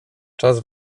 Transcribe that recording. czas